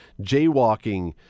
jaywalking